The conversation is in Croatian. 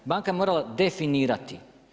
Banka je morala definirati.